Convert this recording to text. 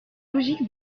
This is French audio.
logique